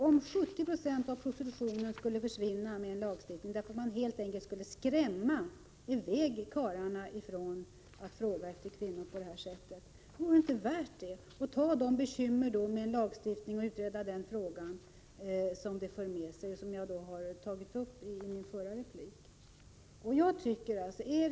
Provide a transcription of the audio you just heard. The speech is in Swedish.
Om 70 96 av prostitutionen skulle försvinna med en lagstiftning därför att man helt enkelt skulle skrämma iväg karlarna från att fråga efter kvinnor på det här sättet, vore det inte värt de bekymmer som det innebär att utreda frågan om en lagstiftning? Jag tog upp de problemen i min förra replik.